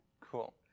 Cool